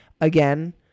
again